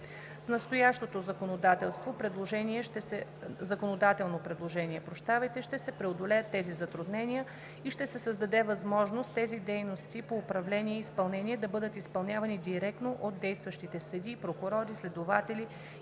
С настоящото законодателно предложение ще се преодолеят тези затруднения и ще се създаде възможност тези дейности по управление и изпълнение да бъдат изпълнявани директно от действащи съдии, прокурори, следователи